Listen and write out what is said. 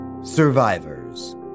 Survivors